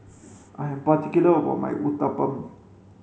I am particular about my Uthapam